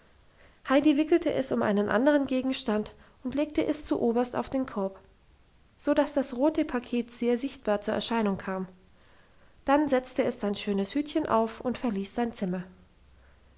heidi wickelte es um einen anderen gegenstand und legte es zuoberst auf den korb so dass das rote paket sehr sichtbar zur erscheinung kam dann setzte es sein schönes hütchen auf und verließ sein zimmer